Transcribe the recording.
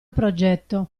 progetto